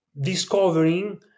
discovering